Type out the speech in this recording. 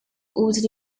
altered